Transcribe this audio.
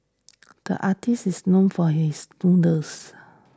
the artist is known for his doodles